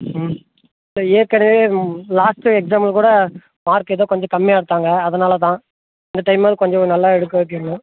ம் இல்லை ஏற்கனவே லாஸ்ட்டு எக்ஸாமில் கூட மார்க் ஏதோ கொஞ்சம் கம்மியாக எடுத்தாங்க அதனால் தான் இந்த டைமாவது கொஞ்சம் நல்லா எடுக்க வைக்கணும்